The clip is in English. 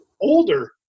older